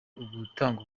ugutanga